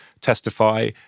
testify